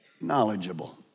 knowledgeable